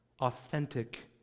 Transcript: authentic